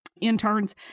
interns